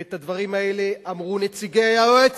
ואת הדברים האלה אמרו נציגי היועץ